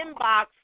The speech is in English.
inbox